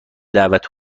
دعوت